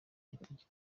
kitigeze